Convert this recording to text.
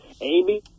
Amy